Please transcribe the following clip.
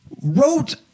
wrote